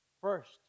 first